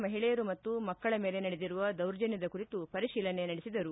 ಮಹಿಳೆಯರು ಮತ್ತು ಮಕ್ಕಳ ಮೇಲೆ ನಡೆದಿರುವ ದೌರ್ಜನ್ನದ ಕುರಿತು ಪರಿತೀಲನೆ ನಡೆಸಿದರು